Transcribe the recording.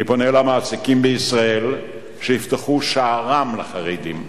אני פונה למעסיקים בישראל שיפתחו שערם לחרדים,